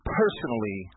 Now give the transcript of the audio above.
personally